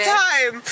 time